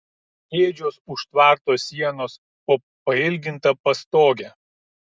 ėdžios už tvarto sienos po pailginta pastoge